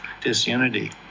disunity